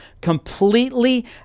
completely